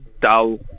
dull